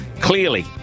clearly